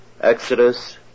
Exodus